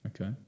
Okay